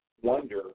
wonder